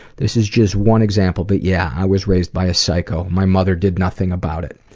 this is just one example but yeah, i was raised by a psycho. my mother did nothing about it.